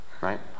right